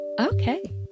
Okay